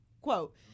quote